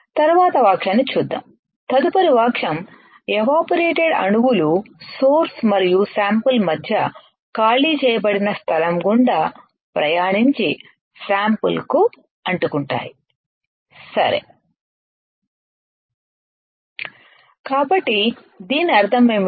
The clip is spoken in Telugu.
తరువాతి వాక్యాన్ని చూద్దాం తదుపరి వాక్యం ఎవాపరేటెడ్ అణువులు సోర్స్ మరియు శాంపిల్ మధ్య ఖాళీ చేయబడిన స్థలం గుండా ప్రయాణించి శాంపిల్ కు అంటుకుంటాయి సరే కాబట్టి దీని అర్థం ఏమిటి